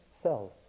self